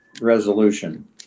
resolution